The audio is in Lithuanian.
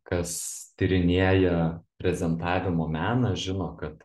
kas tyrinėja prezentavimo meną žino kad